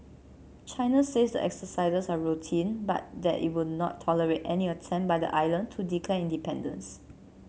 China says the exercises are routine but that it will not tolerate any attempt by the island to declare independence